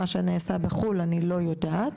מה שנעשה בחו"ל אני לא יודעת.